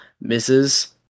Misses